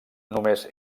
només